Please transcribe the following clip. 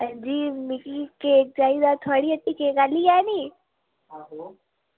अंजी मिगी केक चाहिदा थुाआढ़ी हट्टी केक आह्ली ऐ नी